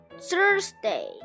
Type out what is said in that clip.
Thursday